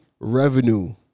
revenue